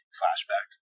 flashback